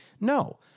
No